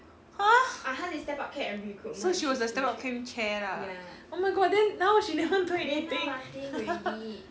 !huh! so she was the step up camp chair lah oh my god then now she never do anything